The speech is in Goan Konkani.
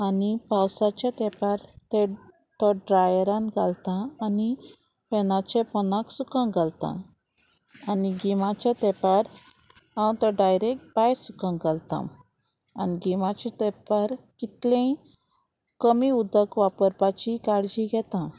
आनी पावसाच्या तेंपार ते तो ड्रायरान घालता आनी फेनाचे पोंदाक सुकोंक घालता आनी गिमाच्या तेंपार हांव तो डायरेक्ट भायर सुकोंक घालतां आनी गिमाचे तेंपार कितलेंय कमी उदक वापरपाची काळजी घेता